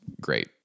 great